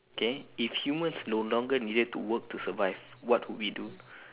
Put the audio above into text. okay if humans no longer needed to work to survive what would we do